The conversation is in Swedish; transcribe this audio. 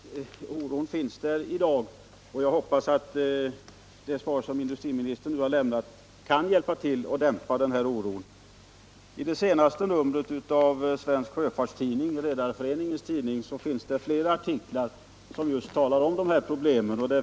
Herr talman! Jag tackar för det svaret. Oron finns i dag, och jag hoppas att det svar som industriministern nu lämnat kan hjälpa till att dämpa den oron. I det senaste numret av Svensk Sjöfarts Tidning — Redareföreningens tidning —- finns många artiklar som handlar just om detta problem.